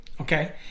Okay